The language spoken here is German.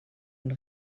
und